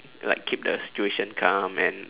like keep the situation calm and